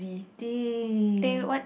teh